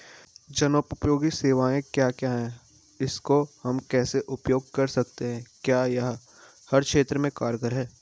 जनोपयोगी सेवाएं क्या क्या हैं इसको हम कैसे उपयोग कर सकते हैं क्या यह हर क्षेत्र में कारगर है?